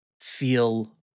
feel